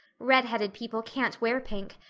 redheaded people can't wear pink,